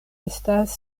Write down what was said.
estas